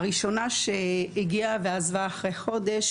הראשונה הגיעה ועזבה אחרי חודש,